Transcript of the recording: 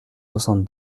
soixante